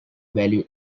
value